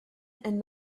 and